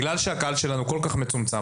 בגלל שהקהל שלנו כל כך מצומצם,